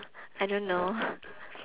I don't know